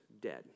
dead